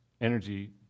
energy